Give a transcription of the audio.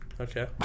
Okay